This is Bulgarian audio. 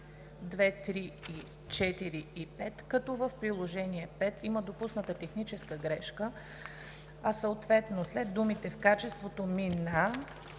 2, 3, 4 и 5, като в приложение 5 има допусната техническа грешка, съответно след думите „в качеството ми на